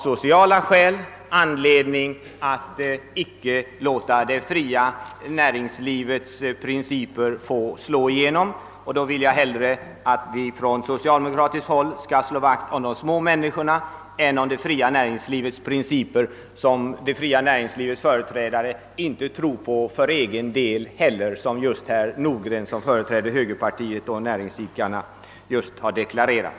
Sociala skäl talar för att vi icke skall låta det fria näringslivets principer slå igenom där. Vi bör från socialdemokratiskt håll hellre slå vakt om de små människorna än om det fria näringslivets principer, som dess företrädare inte ens tror på för egen del, såsom herr Nordgren, som representerar högerpartiet och näringsidkarna, just har deklarerat.